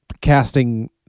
casting